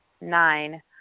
Nine